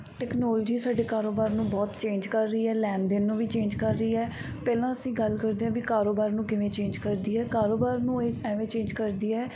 technology ਸਾਡੇ ਕਾਰੋਬਾਰ ਨੂੰ ਬਹੁਤ ਚੇਂਜ ਕਰ ਰਹੀ ਹੈ ਲੈਣ ਦੇਣ ਨੂੰ ਵੀ ਚੇਂਜ ਕਰ ਰਹੀ ਹੈ ਪਹਿਲਾਂ ਅਸੀਂ ਗੱਲ ਕਰਦੇ ਹਾਂ ਵੀ ਕਾਰੋਬਾਰ ਨੂੰ ਕਿਵੇਂ ਚੇਂਜ ਕਰਦੀ ਹੈ ਕਾਰੋਬਾਰ ਨੂੰ ਇਹ ਐਵੇਂ ਚੇਂਜ ਕਰਦੀ ਹੈ